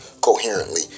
coherently